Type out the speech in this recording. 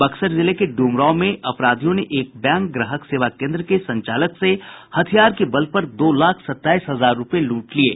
बक्सर जिले के ड्रमरांव में अपराधियों ने एक बैंक ग्राहक सेवा केन्द्र के संचालक से हथियार के बल पर दो लाख सत्ताईस हजार रूपये लूट लिये